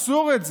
זה אסור.